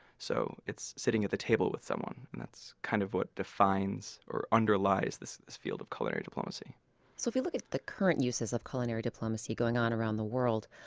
so it's sitting at the table with someone. and that's kind of what defines or underlies this this field of culinary diplomacy so if you look at the current uses of culinary diplomacy going on around the world,